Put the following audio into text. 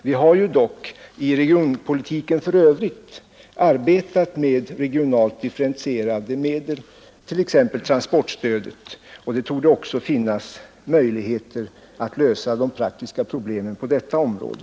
Vi har dock i regionpolitiken i övrigt arbetat med regionalt differentierade medel, t.ex. transportstödet, och det torde också finnas möjligheter att lösa de praktiska problemen på detta område.